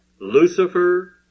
Lucifer